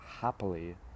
happily